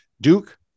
Duke